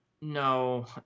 no